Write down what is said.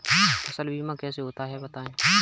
फसल बीमा कैसे होता है बताएँ?